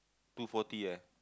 two forty leh